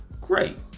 great